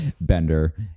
bender